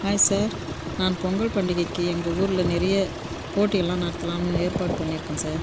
hi sir நான் பொங்கல் பண்டிகைக்கு எங்கள் ஊரில் நிறைய போட்டிகள்லாம் நடத்தலாம்ன்னு ஏற்பாடு பண்ணியிருக்கேன் சார்